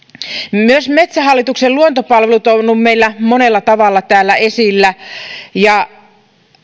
myös metsähallituksen luontopalvelut ovat olleet meillä monella tavalla täällä esillä